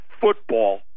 football